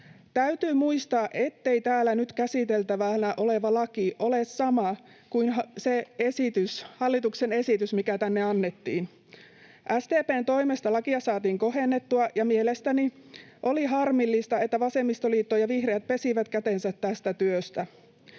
Täytyy muistaa, ettei täällä nyt käsiteltävänä oleva laki ole sama kuin se hallituksen esitys, mikä tänne annettiin. SDP:n toimesta lakia saatiin kohennettua, ja mielestäni oli harmillista, että vasemmistoliitto ja vihreät pesivät kätensä tästä työstä.